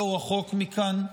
לא רחוק מכאן.